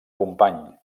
company